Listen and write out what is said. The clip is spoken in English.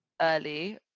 early